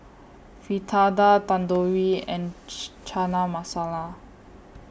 Fritada Tandoori and Chana Masala